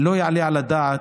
לא יעלה על הדעת,